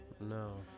No